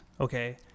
Okay